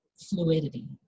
fluidity